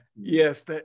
Yes